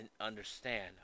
understand